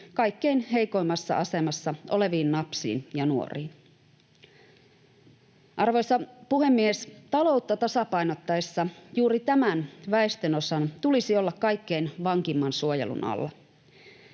kaikkein heikoimmassa asemassa oleviin lapsiin ja nuoriin. Arvoisa puhemies! Taloutta tasapainottaessa juuri tämän väestönosan tulisi olla kaikkein vankimman suojelun alla.